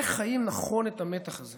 איך חיים נכון את המתח הזה